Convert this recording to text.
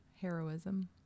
heroism